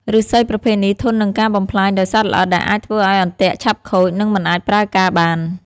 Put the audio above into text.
ឫស្សីប្រភេទនេះធន់នឹងការបំផ្លាញដោយសត្វល្អិតដែលអាចធ្វើឲ្យអន្ទាក់ឆាប់ខូចនិងមិនអាចប្រើការបាន។